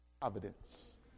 providence